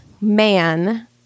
man